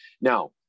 Now